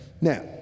Now